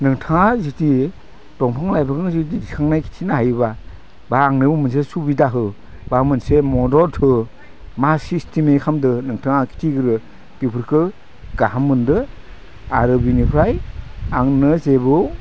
नोंथाङा जुदि दंफां लाइफां जुदि दिखांनाय खिथिनो हायोब्ला बा आंनोबो मोनसे सुबिदा हो बा मोनसे मदद हो मा सिस्टेमै खालामदो नोंथाङा खिथिग्रो बेफोरखो गाहाम मोन्दो आरो बिनिफ्राय आंनो जेबो